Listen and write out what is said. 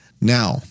Now